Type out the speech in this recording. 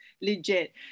Legit